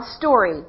story